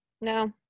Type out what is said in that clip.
No